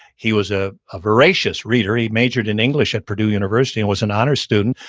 he was ah a voracious reader. he majored in english in purdue university and was an honor student.